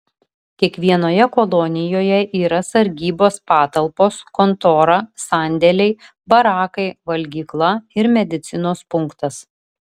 kiekvienoje kolonijoje yra sargybos patalpos kontora sandėliai barakai valgykla ir medicinos punktas